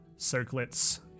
circlets